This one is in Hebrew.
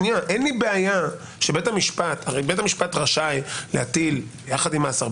אין לי בעיה שבית המשפט בית המשפט רשאי להטיל עם מאסר,